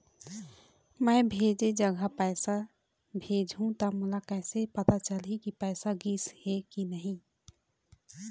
मैं भेजे जगह पैसा भेजहूं त मोला कैसे पता चलही की पैसा गिस कि नहीं?